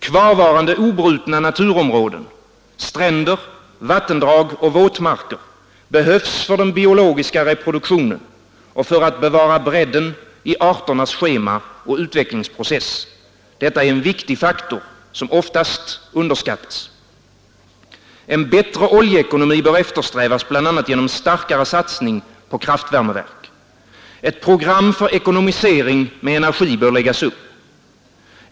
Kvarvarande obrutna naturområden, stränder, vattendrag och våtmarker behövs för den biologiska reproduktionen och för att bevara bredden i arternas schema och utvecklingsprocess. Detta är en viktig faktor, som ofta underskattas. En bättre oljeekonomi bör eftersträvas, bl.a. genom starkare satsning på kraftvärmeverk. Ett program för ekonomisering med energi bör läggas upp.